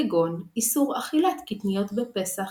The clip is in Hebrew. כגון איסור אכילת קטניות בפסח.